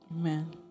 Amen